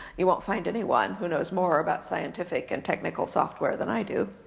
you won't find anyone who knows more about scientific and technical software than i do,